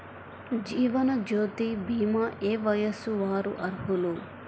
జీవనజ్యోతి భీమా ఏ వయస్సు వారు అర్హులు?